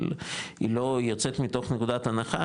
אבל היא לא יוצאת מתוך נקודת הנחה,